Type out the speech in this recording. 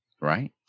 right